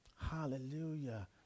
Hallelujah